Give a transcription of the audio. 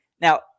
now